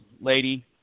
lady